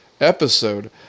episode